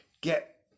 Get